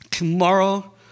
Tomorrow